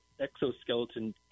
exoskeleton